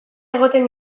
egoten